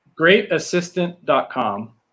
Greatassistant.com